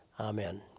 Amen